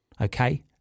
Okay